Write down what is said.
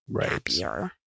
happier